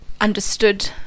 understood